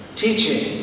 teaching